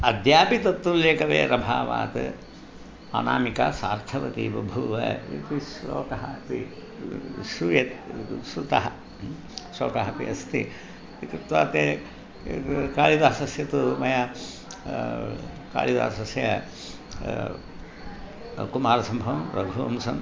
अद्यापि तत्तुल्यकवेरभावात् अनामिका सार्थवती बभूव इति श्लोकः अपि श्रुतः श्रुतः श्लोकः अपि अस्ति इत्युक्त्वा ते एतद् कालिदासस्य तु मया कालिदासस्य कुमारसम्भवं रघुवंशम्